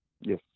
yes